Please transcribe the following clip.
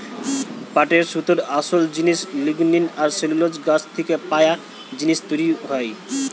পাটের সুতোর আসোল জিনিস লিগনিন আর সেলুলোজ গাছ থিকে পায়া জিনিস দিয়ে তৈরি হয়